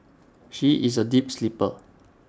she is A deep sleeper